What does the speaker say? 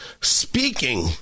Speaking